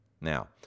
Now